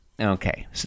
Okay